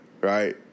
right